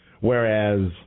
Whereas